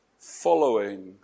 following